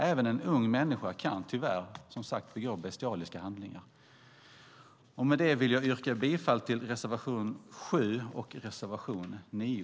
Även en ung människa kan, som sagt, utföra bestialiska handlingar. Med det vill jag yrka bifall till reservation 7 och 9.